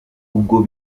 ubwo